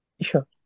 Sure